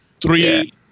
three